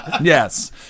Yes